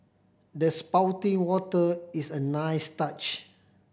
the spouting water is a nice touch